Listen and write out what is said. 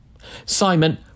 Simon